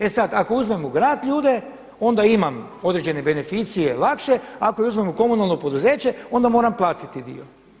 E sada ako uzmemo u grad ljude onda imam određene beneficije lakše, ako ih uzmemo u komunalno poduzeće onda moram platiti dio.